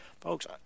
Folks